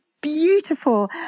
beautiful